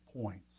points